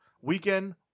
Weekend